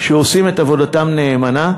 שעושים את עבודתם נאמנה,